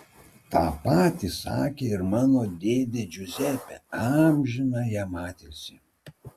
tą patį sakė ir mano dėdė džiuzepė amžiną jam atilsį